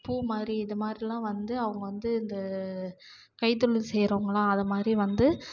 பூ மாதிரி இதை மாதிரிலாம் வந்து அவங்க வந்து இந்த கைத்தொழில் செய்யறவங்கள்லாம் அதமாதிரி வந்து